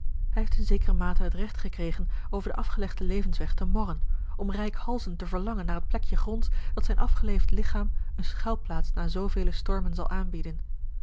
hij heeft in zekere mate het regt gekregen over den afgelegden levensweg te morren om reikhalzend te verlangen naar het plekje gronds dat zijn afgeleefd ligchaam eene schuilplaats na zoovele stormen zal aanbieden